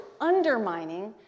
undermining